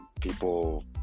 People